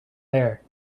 there